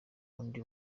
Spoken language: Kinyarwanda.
n’undi